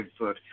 Bigfoot